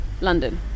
London